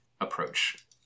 approach